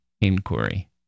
inquiry